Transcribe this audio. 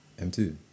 M2